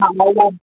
हा